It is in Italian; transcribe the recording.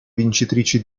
vincitrici